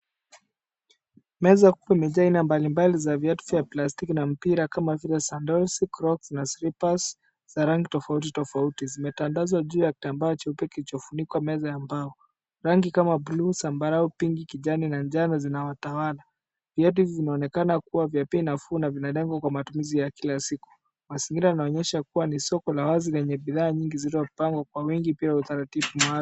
Meza kuu imejaa aina mbali mbali za viatu vya plastiki na mpira kama vile sandals, crocs na slippers za rangi tofaui tofauti. Zimetandazwa juu ya kitambaa cheupe kilichofunika meza ya mbao. Rangi kama buluu, zambarau, pinki kijani na njano zinatawala. Viatu hizi zinaonekana kuwa vya bei nafuu na vinaekangwa ka matumizi ya kila siku. Mazingira yanaonyesha kuwa ni soko la wazi lenye bidhaa nyingi zilizopangwa kwa wingi pia kwa utaratibu maalum.